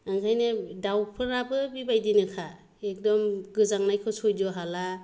ओंखायनो दाउफोराबो बेबायदिनोखा एखदम गोजांनायखौ सैज' हाला